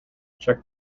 check